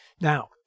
Now